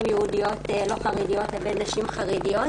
יהודיות לא חרדיות לבין נשים יהודיות חרדיות.